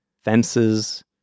fences